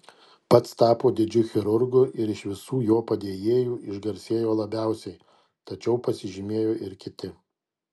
pats tapo didžiu chirurgu ir iš visų jo padėjėjų išgarsėjo labiausiai tačiau pasižymėjo ir kiti